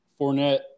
Fournette